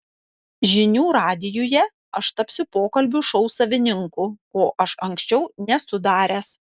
žinių radijuje aš tapsiu pokalbių šou savininku ko aš anksčiau nesu daręs